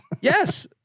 Yes